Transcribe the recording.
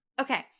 Okay